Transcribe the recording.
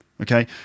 okay